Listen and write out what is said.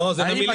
לא, זה למליציות.